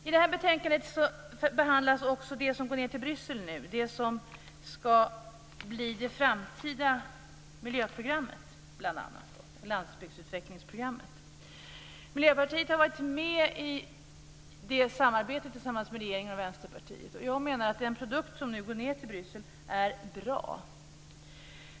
I det här betänkandet behandlas också det förslag som går ned till Bryssel nu, det som ska bli det framtida miljöprogrammet bl.a., dvs. landsbygdsutvecklingsprogrammet. Miljöpartiet har deltagit i samarbetet tillsammans med regeringen och Vänsterpartiet. Jag menar att den produkt som nu går ned till Bryssel är bra.